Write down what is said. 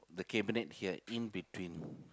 the cabinet here in between